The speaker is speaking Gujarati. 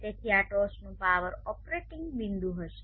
તેથી આ ટોચનું પાવર ઓપરેટિંગ બિંદુ હશે